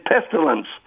pestilence